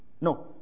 No